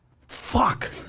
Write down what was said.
Fuck